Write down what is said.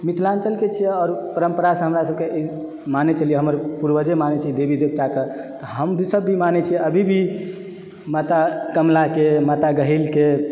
मिथिलाञ्चलके छियै आओर परम्परासँ हमरा सबके ई मानै छलियै हमर पूर्वजे मानै छै देवी देवताके तऽ हमसब भी मानै छियै अभी भी माता कमलाके माता गहीलके